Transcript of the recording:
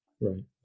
Right